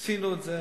עשינו את זה.